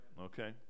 Okay